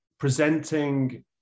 presenting